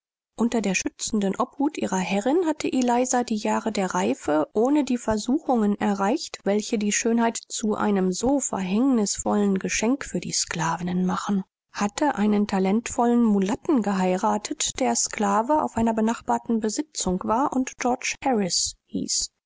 unter der schützenden sorge ihrer herrin hatte sie ihre körperliche reife ohne jene versuchungen erlangt welche die schönheit einer sklavin so häufig zu einer so unheilvollen erbschaft machen sie war an einen hübschen und talentvollen jungen mulatten verheirathet worden der sklave auf einer nachbarlichen besitzung war und den